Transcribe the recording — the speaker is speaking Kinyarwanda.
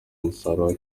umusaruro